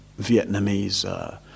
Vietnamese